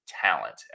talent